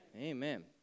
amen